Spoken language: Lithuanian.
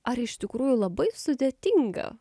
ar iš tikrųjų labai sudėtinga